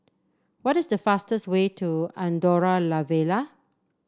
what is the fastest way to Andorra La Vella